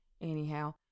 Anyhow